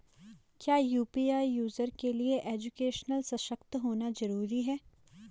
क्या UPI user के लिए एजुकेशनल सशक्त होना जरूरी है?